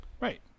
Right